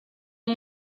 and